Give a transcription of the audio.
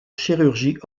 chirurgie